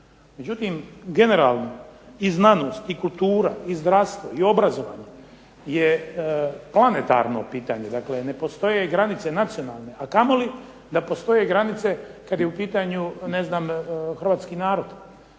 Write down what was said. Međutim, generalno i znanost i kultura i zdravstvo i obrazovanje je planetarno pitanje, dakle ne postoje granice nacionalne, a kamoli da postoje granice kad je u pitanju ne znam hrvatski narod.